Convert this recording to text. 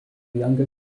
younger